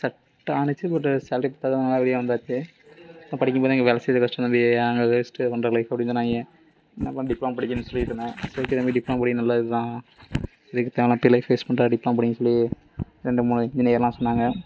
செட்டானுச்சி பட்டு சேல்ரி படிக்கும் போதே இங்கே வேலை செய்கிறது கஷ்டம் தம்பி அங்க வேஸ்ட்டு உன்ற லைஃபு அப்படின்னு சொன்னாங்க டிப்ளோமா படிக்கணுன்னு சொல்லிட்ருந்தேன் சொல்லிகிட்டு தம்பி டிப்ளோமா படி நல்லது தான் எதுக்கு தேவைல்லாம இப்படி லைஃபை வேஸ்ட் பண்ணுற டிப்ளோமா படின்னு சொல்லி ரெண்டு மூணு இன்ஜினியர்லாம் சொன்னாங்கள்